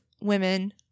women